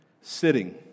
sitting